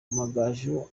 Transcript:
amagaju